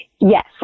Yes